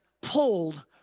pulled